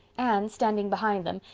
anne, standing behind them,